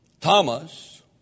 Thomas